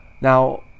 now